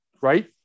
right